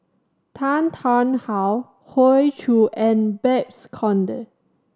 Tan Tarn How Hoey Choo and Babes Conde